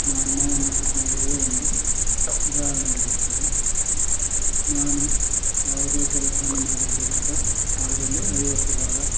ನಮ್ಮ ಒಂದು ಕುಟುಂಬವೇ ಒಂದು ಉದಾಹರ್ಣೆ ಆಗಿರುತ್ತದೆ ನಾನು ಯಾವುದೇ ಕೆಲಸವನ್ನು ಮಾಡಿದರೂ ಸಹ ಅದರಲ್ಲಿ ಐವತ್ತು ಭಾಗ